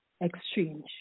Exchange